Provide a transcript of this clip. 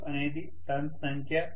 Z2అనేది turns సంఖ్య